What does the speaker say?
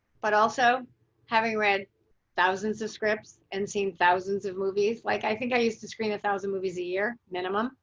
but also having read thousands of scripts and seen thousands of movies like i think i used to screen one thousand movies a year minimum.